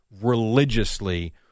religiously